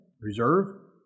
reserve